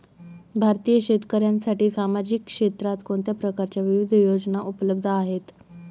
भारतीय शेतकऱ्यांसाठी सामाजिक क्षेत्रात कोणत्या प्रकारच्या विविध योजना उपलब्ध आहेत?